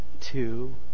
two